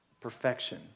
perfection